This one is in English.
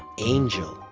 angel